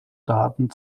daten